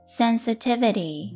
sensitivity